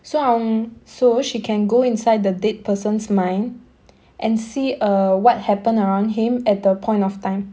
so um so she can go inside the dead person's mind and see err what happened around him at the point of time